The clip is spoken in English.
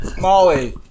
Molly